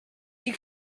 you